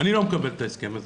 אני לא מקבל את ההסכם הזה.